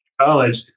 college